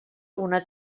una